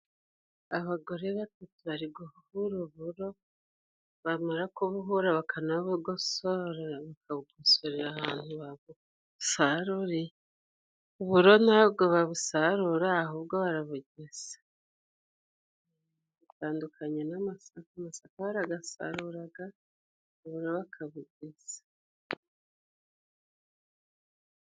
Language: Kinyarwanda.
Abagore batatu bari guhura uburo, bamara kubuhura bakanabugosora, bakabugosorera ahantu babusaruriye. Uburo ntabwo babusarura ahubwo barabugesa, bitandukanye n'amasaka, amasaka baragasaruraga, uburo bakabugesa.